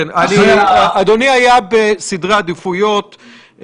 אדוני היה בסדרי העדיפויות,